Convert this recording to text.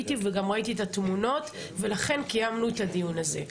גם ראיתי את התמונות ולכן קיימנו את הדיון הזה.